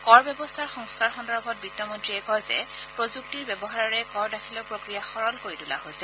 কৰ ব্যৱস্থাৰ সংস্কাৰ সন্দৰ্ভত বিত্তমান্ৰীয়ে কয় যে প্ৰযুক্তিৰ ব্যৱহাৰেৰে কৰ দাখিলৰ প্ৰক্ৰিয়া সৰল কৰি তোলা হৈছে